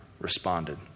responded